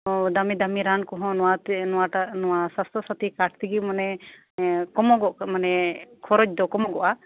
ᱫᱟᱢᱤ ᱫᱟᱢᱤ ᱨᱟᱱ ᱠᱚᱦᱚᱸ ᱱᱚᱣᱟ ᱛᱮ ᱱᱚᱣᱟ ᱴᱟ ᱱᱚᱣᱟ ᱥᱟᱥᱛᱷᱳᱥᱟᱛᱷ ᱠᱟᱨᱰ ᱛᱮᱜᱮ ᱢᱟᱱᱮ ᱠᱚᱢᱚᱜᱚᱜ ᱢᱟᱱᱮ ᱠᱷᱚᱨᱚᱪ ᱫᱚ ᱠᱚᱢᱚᱜᱚᱜᱼᱟ